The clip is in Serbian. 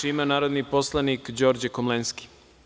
Reč ima narodni poslanik Đorđe Komlenski.